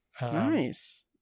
Nice